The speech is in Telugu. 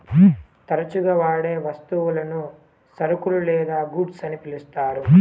తరచుగా వాడే వస్తువులను సరుకులు లేదా గూడ్స్ అని పిలుత్తారు